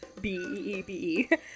B-E-E-B-E